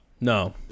No